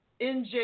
NJ